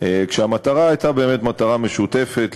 והמטרה הייתה באמת מטרה משותפת,